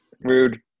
Rude